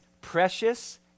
precious